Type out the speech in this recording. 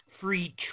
free